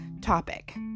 topic